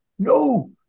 No